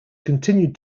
continued